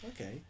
Okay